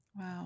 Wow